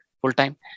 full-time